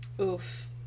Oof